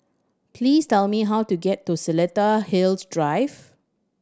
please tell me how to get to Seletar Hills Drive